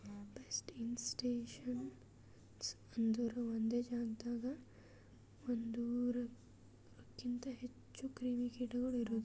pest infestations ಅಂದುರ್ ಒಂದೆ ಜಾಗದಾಗ್ ಒಂದೂರುಕಿಂತ್ ಹೆಚ್ಚ ಕ್ರಿಮಿ ಕೀಟಗೊಳ್ ಇರದು